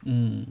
mm